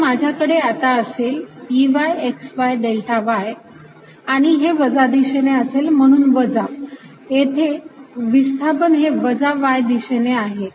तर माझ्याकडे आता असेल Ey xy डेल्टा y आणि हे वजा दिशेने असेल म्हणून वजा येथे विस्थापन हे वजा y दिशेने आहे